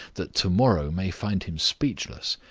that to-morrow may find him speechless.